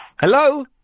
Hello